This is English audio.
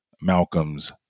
Malcolm's